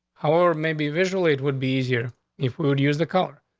how are, maybe visually, it would be easier if we would use the color.